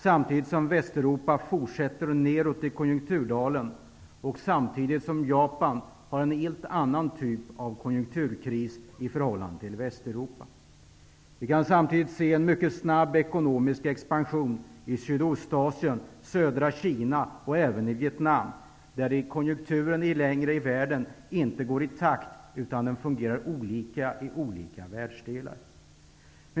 Samtidigt fortsätter Västeuropa nedåt i konjunkturdalen, och Japan har en helt annan typ av konjunkturkris i förhållande till Västeuropa. Vi kan samtidigt se en mycket snabb ekonomisk expansion i Sydostasien, södra Kina och även Vietnam. Konjunkturerna i världen går ej längre i takt, utan fungerar olika i olika världsdelar.